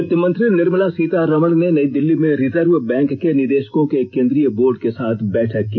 वित्तमंत्री निर्मला सीतारमण ने नई दिल्ली में रिजर्व बैंक के निदेशकों के केंद्रीय बोर्ड के साथ बैठक की